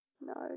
No